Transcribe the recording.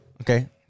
Okay